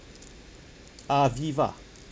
aviva